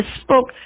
spoke